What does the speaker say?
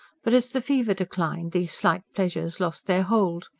but as the fever declined, these slight pleasures lost their hold.